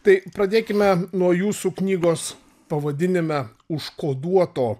tai pradėkime nuo jūsų knygos pavadinime užkoduoto